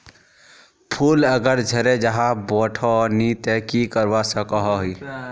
फूल अगर झरे जहा बोठो नी ते की करवा सकोहो ही?